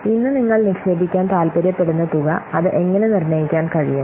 ഇന്ന് നിങ്ങൾ നിക്ഷേപിക്കാൻ താൽപ്പര്യപ്പെടുന്ന തുക അത് എങ്ങനെ നിർണ്ണയിക്കാൻ കഴിയും